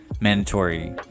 mandatory